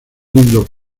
lindos